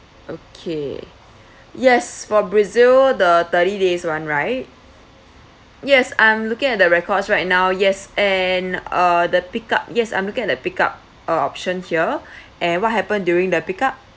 okay yes for brazil the thirty days one right yes I'm looking at the records right now yes and uh the pick up yes I'm looking at the pick up option here and what happened during that pick up